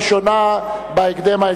41 בעד, אין מתנגדים,